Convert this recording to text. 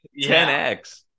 10x